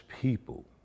people